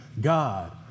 God